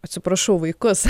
atsiprašau vaikus